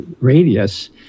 radius